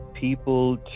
people